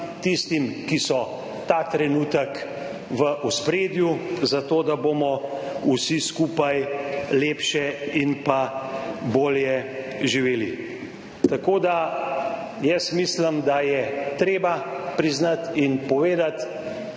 ki so ta trenutek v ospredju, zato da bomo vsi skupaj lepše in bolje živeli. Mislim, da je treba priznati in povedati,